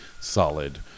solid